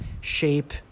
shape